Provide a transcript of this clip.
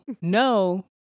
no